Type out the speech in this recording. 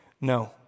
No